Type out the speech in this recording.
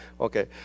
Okay